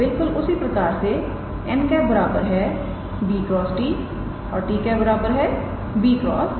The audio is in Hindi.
और बिल्कुल उसी प्रकार से 𝑛̂ 𝑏̂ × 𝑡̂ और 𝑡̂ 𝑏̂ × 𝑛̂